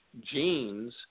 genes